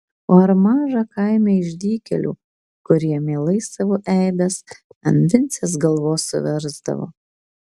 o ar maža kaime išdykėlių kurie mielai savo eibes ant vincės galvos suversdavo